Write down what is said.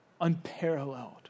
unparalleled